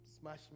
Smash